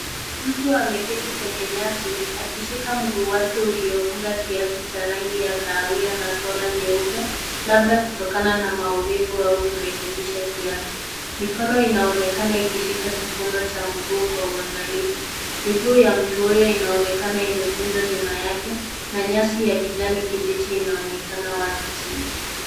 Mtu ameketi kwenye nyasi akishika mguu wake uliofunga kiatu cha rangi ya kahawia na sola nyeupe labda kutokana na maumivu au kurekebisha kiatu. Mikono inaonekana ikishika kifundo cha mguu kwa uangalifu. Miguu ya mtu huyo inaonekana imekunjwa nyuma yake na nyasi ya kijani kibichi inaonekana wazi chini.